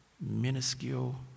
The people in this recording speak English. minuscule